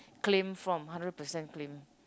claim form hundred percent claim